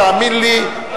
תאמין לי,